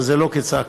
אבל זה לא כצעקתה.